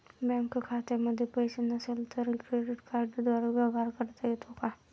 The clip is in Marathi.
बँक खात्यामध्ये पैसे नसले तरी क्रेडिट कार्डद्वारे व्यवहार करता येतो का?